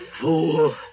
Fool